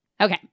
Okay